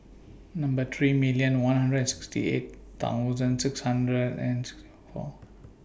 Number three thousand one hundred and sixty eight thousand six thousand six hundred and four